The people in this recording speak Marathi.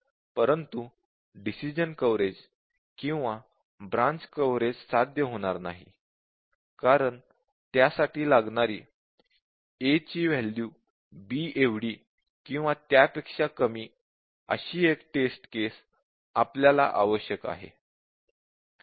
परंतु डिसिश़न कव्हरेज किंवा ब्रांच कव्हरेज साध्य होणार नाही कारण त्यासाठी लागणारी a ची वॅल्यू b एवढी किंवा त्यापेक्षा कमी अशी एक टेस्ट केस आपल्याला आवश्यक आहे